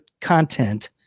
content